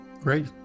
Great